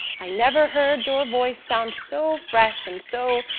i never heard your voice sound so fresh and so.